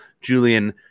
Julian